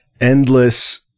endless